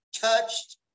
touched